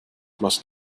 must